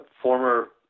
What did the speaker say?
former